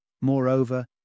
Moreover